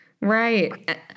Right